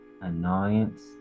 annoyance